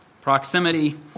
Proximity